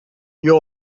you